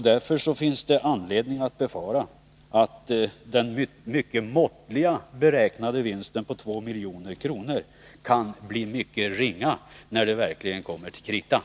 Därför finns det anledning att befara att den beräknade mycket måttliga vinsten på 2 milj.kr. kan bli mycket ringa, när det kommer till kritan.